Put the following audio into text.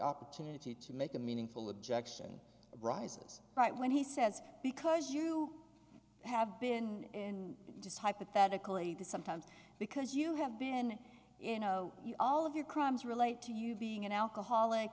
opportunity to make a meaningful objection rises right when he says because you have been just hypothetically the sometimes because you have been in no you all of your crimes relate to you being an alcoholic